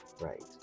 Right